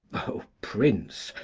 o prince,